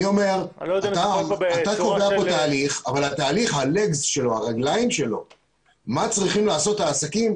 אני אומר שהיה כאן תהליך אבל רגלי התהליך מה צריכים לעשות העסקים,